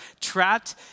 trapped